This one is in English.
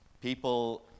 People